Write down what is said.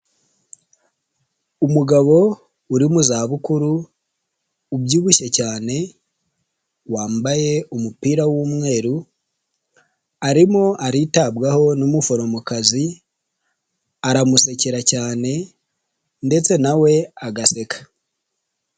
Umugabo uri mu za bukuru ubyibushye cyane wambaye umupira w'umweru ,arimo aritabwaho n'umuforomokazi aramusekera cyane ndetse na we agaseka.